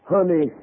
Honey